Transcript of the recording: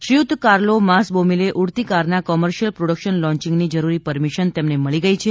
શ્રીયુત કાર્લો માસબોમિલે ઉડતી કારના કોમર્શીયલ પ્રોડકશન લોન્ચીંગની જરૂરી પરમીશન તેમને મળી ગઇ છે